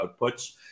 outputs